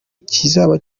kizaba